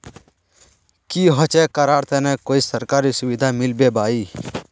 की होचे करार तने कोई सरकारी सुविधा मिलबे बाई?